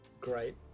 great